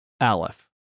aleph